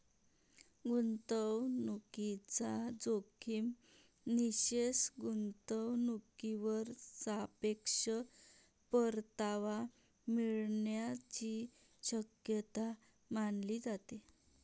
गुंतवणूकीचा जोखीम विशेष गुंतवणूकीवर सापेक्ष परतावा मिळण्याची शक्यता मानली जाते